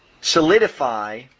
solidify